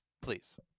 please